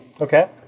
Okay